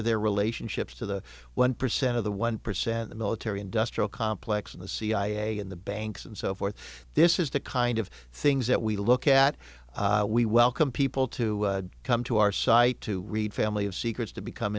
are their relationships to the one percent of the one percent the military industrial complex and the cia in the banks and so forth this is the kind of things that we look at we welcome people to come to our site to read family of secrets to become